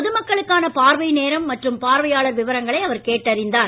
பொதுமக்களுக்கான பார்வை நேரம் மற்றும் பார்வையாளர் விவரங்களை கேட்டறிந்தார்